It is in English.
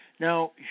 Now